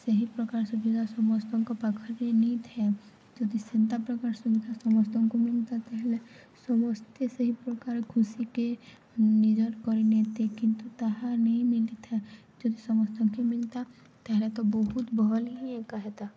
ସେହି ପ୍ରକାର ସୁବିଧା ସମସ୍ତଙ୍କ ପାଖରେ ନେଇଥାଏ ଯଦି ସେନ୍ତା ପ୍ରକାର ସୁବିଧା ସମସ୍ତଙ୍କୁ ମିଲ୍ତା ତା'ହେଲେ ସମସ୍ତେ ସେହି ପ୍ରକାର ଖୁସିକେ ନିଜର କରିନେତେ କିନ୍ତୁ ତାହା ନେଇ ମିଳିଥାଏ ଯଦି ସମସ୍ତଙ୍କୁ ମିଲ୍ତା ତା'ହେଲେ ତ ବହୁତ ଭଲ୍ ହେଇ ଏକା ହେତା